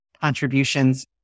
contributions